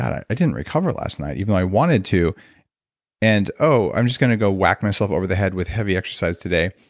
i didn't recover last night even though i wanted to and oh, i'm just going to go whack myself over the head with heavy exercise today,